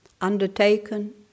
undertaken